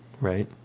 right